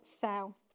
cell